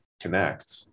connect